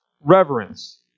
reverence